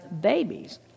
babies